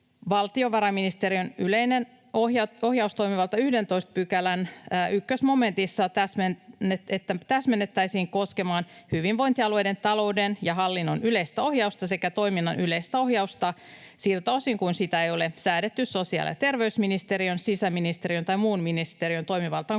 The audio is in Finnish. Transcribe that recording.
valtiovarainministeriön yleistä ohjaustoimivaltaa koskevaa 11 §:n 1 momenttia täsmennettäisiin koskemaan hyvinvointialueiden talouden ja hallinnon yleistä ohjausta sekä toiminnan yleistä ohjausta siltä osin kuin sitä ei ole säädetty sosiaali‑ ja terveysministeriön, sisäministeriön tai muun ministeriön toimivaltaan